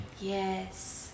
Yes